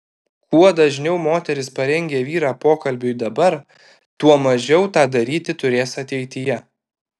kuo dažniau moteris parengia vyrą pokalbiui dabar tuo mažiau tą daryti turės ateityje